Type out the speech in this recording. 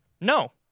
No